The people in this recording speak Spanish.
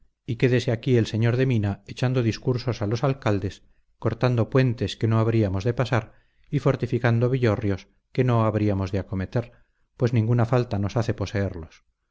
y quédese aquí el sr de mina echando discursos a los alcaldes cortando puentes que no habríamos de pasar y fortificando villorrios que no habríamos de acometer pues ninguna falta nos hace poseerlos